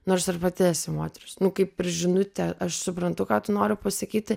nors ir pati esi moteris kaip ir žinutę aš suprantu ką tu nori pasakyti